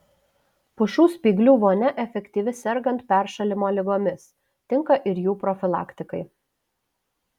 pušų spyglių vonia efektyvi sergant peršalimo ligomis tinka ir jų profilaktikai